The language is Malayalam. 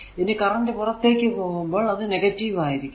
ഇനി കറന്റ് പുറത്തേക്കു പോകുമ്പോൾ അത് നെഗറ്റീവ് ആയിരിക്കണ